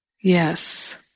Yes